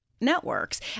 networks